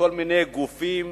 לכל מיני גופים,